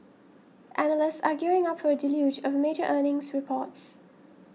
analysts are gearing up for a deluge of major earnings reports